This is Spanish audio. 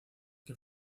que